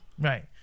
Right